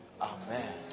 Amen